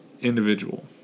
individual